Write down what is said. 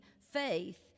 faith